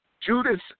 Judas